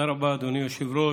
תודה רבה, אדוני היושב-ראש.